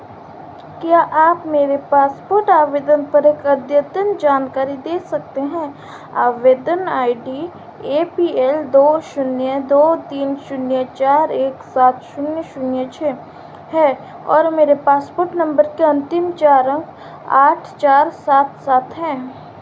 क्या आप मेरे पासपोर्ट आवेदन पर एक अद्यतन जानकारी दे सकते हैं आवेदन I D A P L दो शून्य दो तीन शून्य चार एक सात शून्य शून्य छः है और मेरे पासपोर्ट नंबर के अंतिम चार अंक आठ चार सात सात है